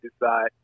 decide